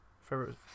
favorite